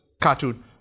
cartoon